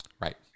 right